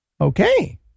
okay